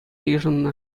йышӑннӑ